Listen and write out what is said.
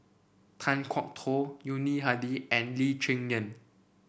Kan Kwok Toh Yuni Hadi and Lee Cheng Yan